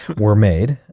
were made.